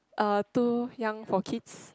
uh too young for kids